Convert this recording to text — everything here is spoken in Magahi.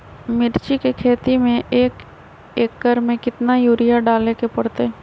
मिर्च के खेती में एक एकर में कितना यूरिया डाले के परतई?